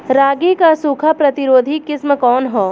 रागी क सूखा प्रतिरोधी किस्म कौन ह?